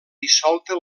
dissolta